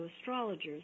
astrologers